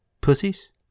pussies